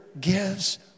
gives